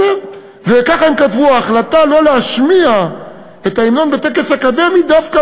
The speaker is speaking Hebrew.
כך הם כתבו: ההחלטה שלא להשמיע את ההמנון בטקס אקדמי דווקא